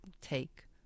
take